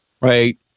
right